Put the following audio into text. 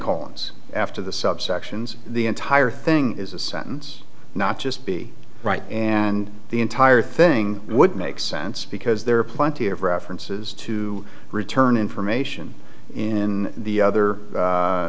colon's after the subsections the entire thing is a sentence not just be right and the entire thing would make sense because there are plenty of references to return information in the other